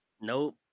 nope